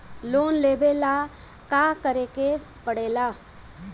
Loan लेबे ला का करे के पड़े ला?